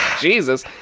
Jesus